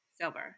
silver